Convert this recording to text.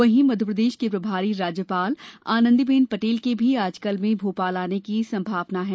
वहीं मध्यप्रदेश की प्रभारी राज्यपाल आनंदीबेन पटेल के भी आजकल में भोपाल आने की संभावना है